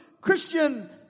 Christian